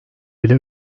bile